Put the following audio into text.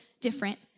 different